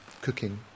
cooking